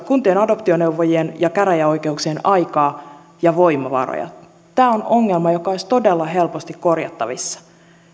kuntien adoptioneuvojien ja käräjäoikeuksien aikaa ja voimavaroja tämä on ongelma joka olisi todella helposti korjattavissa